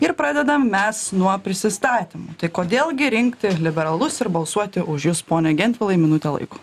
ir pradedam mes nuo prisistatymų tai kodėl gi rinkti liberalus ir balsuoti už jus pone gentvilai minutė laiko